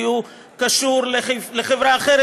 כי הוא קשור לחברה אחרת,